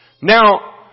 Now